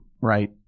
right